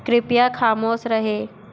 कृप्या खामोश रहें